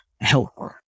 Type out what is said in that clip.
help